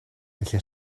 felly